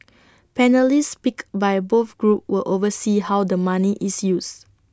panellists picked by both groups will oversee how the money is used